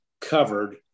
covered